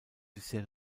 bisher